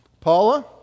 Paula